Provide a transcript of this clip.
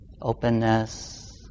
openness